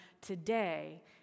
today